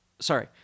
Sorry